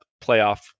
playoff